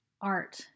art